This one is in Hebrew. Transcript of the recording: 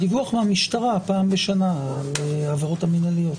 הדיווח מהמשטרה פעם בשנה על העבירות המינהליות.